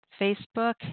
Facebook